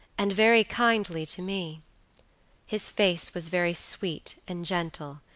and very kindly to me his face was very sweet and gentle,